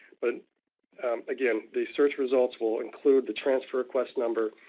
but again, the search results will include the transfer request number,